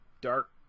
Dark